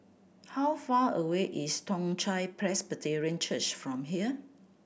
how far away is Toong Chai Presbyterian Church from here